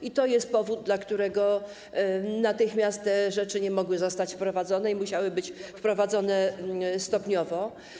I to jest powód, w przypadku którego natychmiast te rzeczy nie mogły zostać wprowadzone i musiały być wprowadzane stopniowo.